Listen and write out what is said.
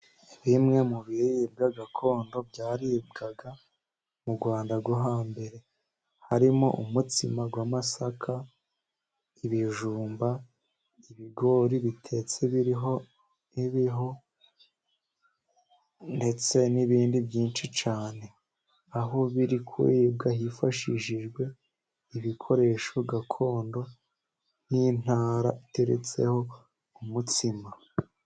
Bimwe mu biribwa gakondo byaribwaga mu Rwanda rwo hambere, harimo umutsima w'amasaka, ibijumba, ibigori bitetse biriho ibihu ndetse n'ibindi byinshi cyane, aho biri kuribwa hifashishijwe ibikoresho gakondo, nk'intara iteretseho umutsima.